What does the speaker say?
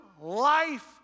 life